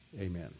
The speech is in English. Amen